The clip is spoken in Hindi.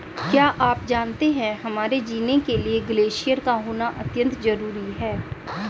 क्या आप जानते है हमारे जीने के लिए ग्लेश्यिर का होना अत्यंत ज़रूरी है?